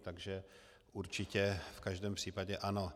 Takže určitě v každém případě ano.